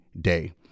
day